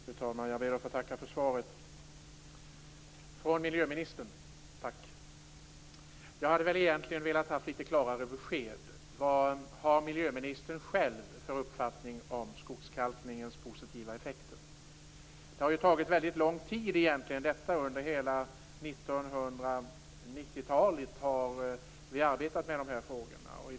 Fru talman! Jag ber att få tacka för svaret från miljöministern. Jag skulle egentligen velat ha haft litet klarare besked. Vad har miljöministern själv för uppfattning om skogskalkningens positiva effekter? Det har ju tagit väldigt lång tid. Under hela 1990 talet har vi arbetat med dessa frågor.